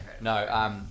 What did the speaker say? No